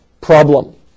problem